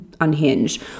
unhinged